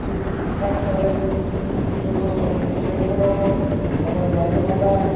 ঠিক ঠাক তাদের কী বলবো ঘরের থেকে বের করানো আবার বাইরে বাঁধা